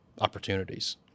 opportunities